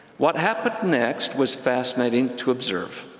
what happened next was fascinating to observe.